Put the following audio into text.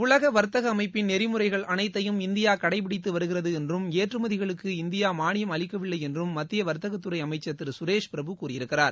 உலக வர்த்தக அமைப்பின் நெறிமுறைகள் அனைத்தையும் இந்தியா கடைப்பிடித்து வருகிறது என்றும் ஏற்றுமதிகளுக்கு இந்தியா மானியம் அளிக்கவில்லை என்றும் மத்திய வர்த்தகத்துறை அமைச்சர் திரு சுரேஷ் பிரபு கூறியிருக்கிறார்